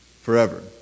forever